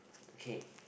okay